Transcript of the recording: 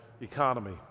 Economy